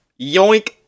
Yoink